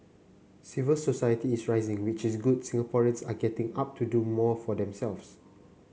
civil society is rising which is good Singaporeans are getting up to do more for themselves